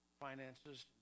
finances